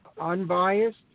unbiased